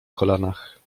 kolanach